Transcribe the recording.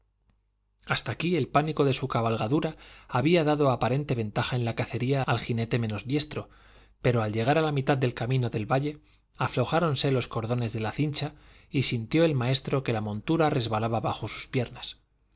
hasta aquí el pánico de su cabalgadura había dado aparente ventaja en la cacería al jinete menos diestro pero al llegar a la mitad del camino del valle aflojáronse los cordones de la cincha y sintió el maestro que la montura resbalaba bajo sus piernas